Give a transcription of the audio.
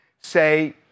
say